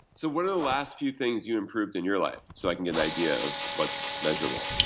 so what are the last few things you improved in your life so i can get an idea of what's measurable.